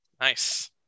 Nice